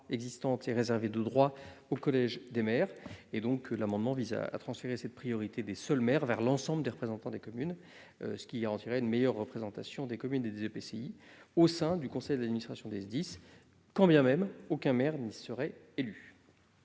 existantes est réservée de droit au collège des maires. L'amendement vise à élargir cette priorité à l'ensemble des représentants des communes, ce qui garantirait une meilleure représentation des communes et des EPCI au sein du conseil d'administration des SDIS, quand bien même aucun maire n'y serait élu.